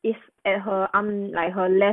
if at her um like her lab